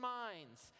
minds